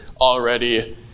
already